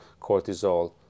cortisol